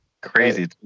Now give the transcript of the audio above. crazy